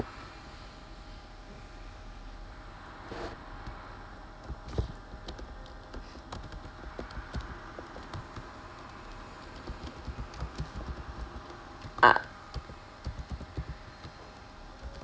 ah